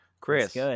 Chris